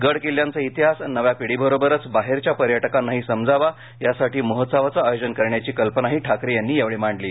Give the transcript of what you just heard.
गड किल्ल्यांचा इतिहास नव्या पिढीबरोबरच बाहेरच्या पर्यटकांनाही समजावा यासाठी महोत्सवाचं आयोजन करण्याची कल्पनाहि ठाकरे यांनी यावेळी मांडली